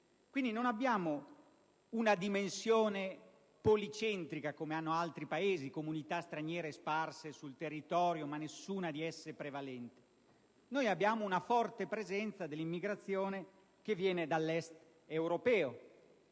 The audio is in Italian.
Quindi, non abbiamo una dimensione policentrica, come hanno altri Paesi, di comunità straniere sparse sul territorio nessuna delle quali prevalente. Noi - ripeto - abbiamo una forte presenza dell'immigrazione che viene dall'Est europeo